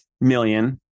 million